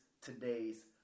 today's